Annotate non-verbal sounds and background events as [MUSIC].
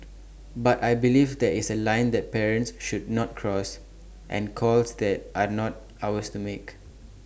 [NOISE] but I believe there is A line that parents should not cross and calls that are not ours to make